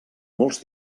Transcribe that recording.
molts